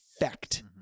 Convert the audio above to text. effect